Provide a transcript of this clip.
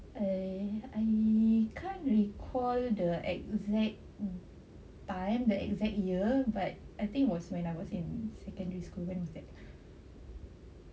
err I can't recall the exact time the exact year but I think it was when I was in secondary school around there lah